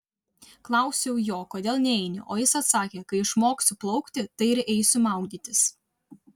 klausiau jo kodėl neini o jis atsakė kai išmoksiu plaukti tai ir eisiu maudytis